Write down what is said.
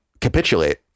capitulate